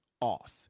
off